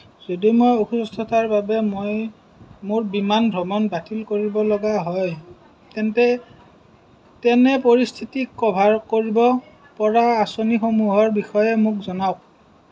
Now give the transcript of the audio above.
যদি মই অসুস্থতাৰ বাবে মই মোৰ বিমান ভ্ৰমণ বাতিল কৰিবলগীয়া হয় তেন্তে তেনে পৰিস্থিতিক ক'ভাৰ কৰিব পৰা আঁচনিসমূহৰ বিষয়ে মোক জনাওক